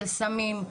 של סמים,